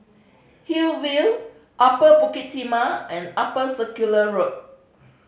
Hillview Upper Bukit Timah and Upper Circular Road